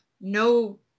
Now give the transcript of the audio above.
no